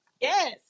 Yes